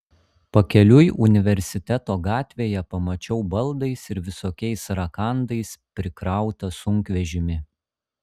pakeliui universiteto gatvėje pamačiau baldais ir visokiais rakandais prikrautą sunkvežimį